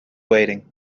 waiting